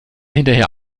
hinterher